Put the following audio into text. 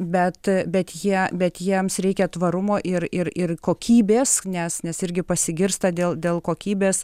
bet bet jie bet jiems reikia tvarumo ir ir ir kokybės nes nes irgi pasigirsta dėl dėl kokybės